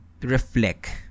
reflect